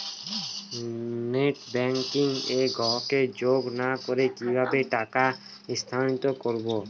Net banking এ গ্রাহককে যোগ না করে কিভাবে টাকা স্থানান্তর করব?